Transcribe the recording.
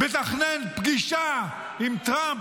מתכנן פגישה עם טראמפ,